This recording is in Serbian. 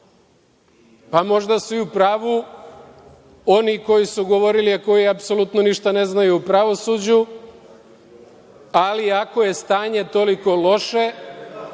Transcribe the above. većinu? Možda su u pravu oni koji su govorili, a koji apsolutno ništa ne znaju o pravosuđu, ali ako je stanje toliko loše,